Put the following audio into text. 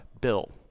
Bill